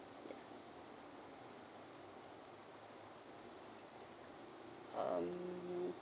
um